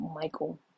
michael